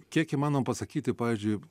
kiek įmanoma pasakyti pavyzdžiui